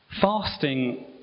Fasting